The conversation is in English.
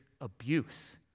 abuse